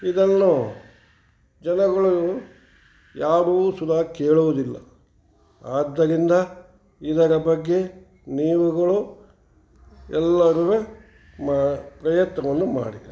ಇದನ್ನು ಜನಗಳು ಯಾರೂ ಸುದಾ ಕೇಳುವುದಿಲ್ಲ ಆದ್ದರಿಂದ ಇದರ ಬಗ್ಗೆ ನೀವುಗಳು ಎಲ್ಲರು ಮ ಪ್ರಯತ್ನವನ್ನು ಮಾಡಿ